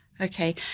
Okay